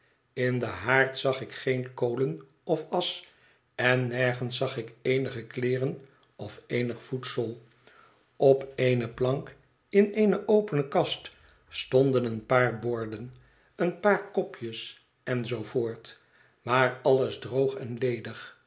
in den haard zag ik geen kolen of asch en nergens zag ik eenige kleeren of eenig voedsel üp eene plank in eene opene kast stonden een paar borden een paar kopjes en zoo voort maar alles droog en ledig